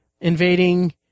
invading